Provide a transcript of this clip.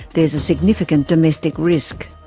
there is a significant domestic risk.